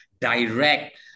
direct